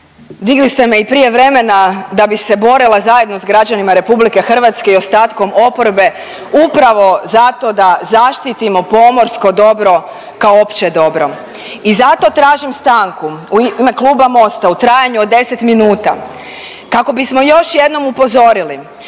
Digli ste me i prije vremena da bi se borila zajedno s građanima RH i ostatkom oporbe upravo zato da zaštitimo pomorsko dobro kao opće dobro. I zato tražim stanku u ime Kluba MOST-a u trajanju od 10 minuta kako bismo još jednom upozorili